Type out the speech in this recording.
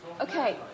Okay